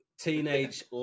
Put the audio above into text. teenage